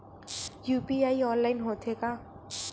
UPI online होथे का?